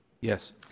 Yes